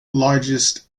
largest